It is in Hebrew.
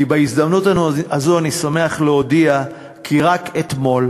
כי בהזדמנות הזאת אני שמח להודיע כי רק אתמול